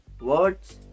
Words